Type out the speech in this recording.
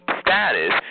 status